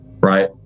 right